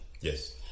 Yes